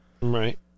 Right